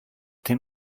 den